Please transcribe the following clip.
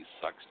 sucks